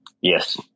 yes